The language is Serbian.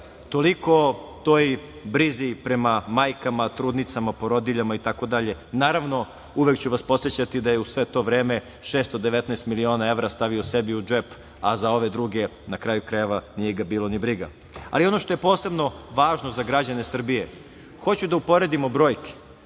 Toliko o toj brizi prema majkama, trudnicama, porodiljama itd. naravno, uvek ću vas podsećati da je u sve to vreme 619 miliona evra stavio sebi u džep, a za ove druge, na kraju krajeva nije ga bilo ni briga. Ono što je posebno važno za građane Srbije, hoću da uporedimo brojke.